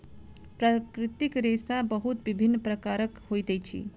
प्राकृतिक रेशा बहुत विभिन्न प्रकारक होइत अछि